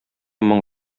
моң